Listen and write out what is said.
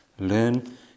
Learn